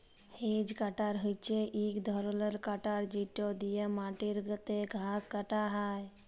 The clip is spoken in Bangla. হেজ কাটার হছে ইক ধরলের কাটার যেট দিঁয়ে মাটিতে ঘাঁস কাটা হ্যয়